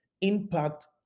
impact